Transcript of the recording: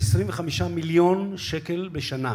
ל-25 מיליון שקל בשנה,